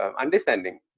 understanding